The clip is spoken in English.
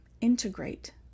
integrate